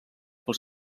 pels